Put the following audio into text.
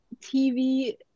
tv